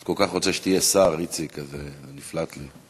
אני פשוט כל כך רוצה שתהיה שר, איציק, אז נפלט לי.